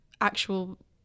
actual